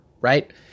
Right